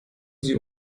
sie